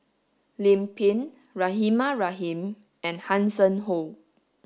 Lim Pin Rahimah Rahim and Hanson Ho